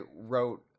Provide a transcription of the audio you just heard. wrote